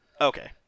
okay